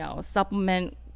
supplement